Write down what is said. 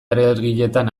alergietan